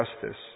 justice